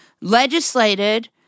legislated